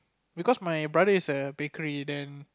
because my brother is a bakery then